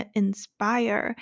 inspire